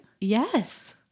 Yes